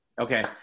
Okay